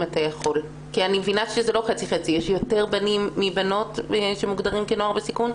כי אני מבינה שיש יותר בנים מבנות שמוגדרים כנוער בסיכון.